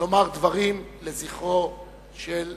לומר דברים לזכרו של שפייזר,